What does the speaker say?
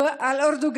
(אומרת בערבית: